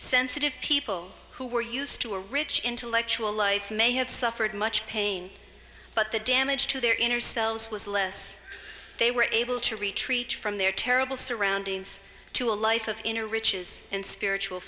sensitive people who were used to a rich intellectual life may have suffered much pain but the damage to their inner selves was less they were able to retreat from their terrible surroundings to a life of inner riches and spiritual